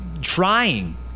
trying